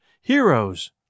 heroes